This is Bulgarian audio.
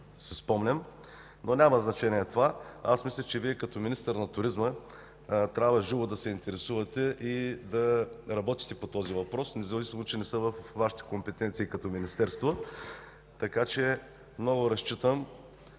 си спомням, но това няма значение. Мисля, че Вие, като министър на туризма, трябва живо да се интересувате и да работите по този въпрос, независимо че не са във Вашите компетенции като Министерство. Много разчитам